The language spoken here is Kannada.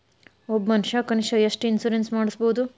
ಒಬ್ಬ ಮನಷಾ ಕನಿಷ್ಠ ಎಷ್ಟ್ ಇನ್ಸುರೆನ್ಸ್ ಮಾಡ್ಸ್ಬೊದು?